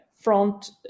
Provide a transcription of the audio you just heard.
front